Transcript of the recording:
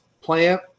Plant